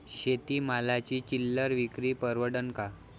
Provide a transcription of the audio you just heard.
शेती मालाची चिल्लर विक्री परवडन का?